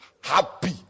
happy